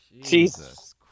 Jesus